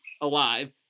alive